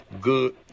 Good